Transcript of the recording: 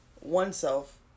oneself